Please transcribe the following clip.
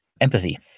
empathy